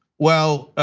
well,